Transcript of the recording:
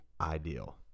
ideal